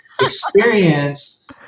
experience